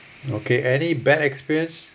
okay any bad experience